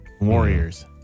Warriors